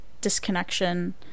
disconnection